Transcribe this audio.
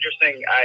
interesting